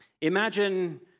Imagine